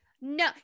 no